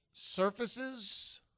Surfaces